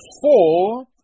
four